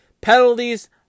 Penalties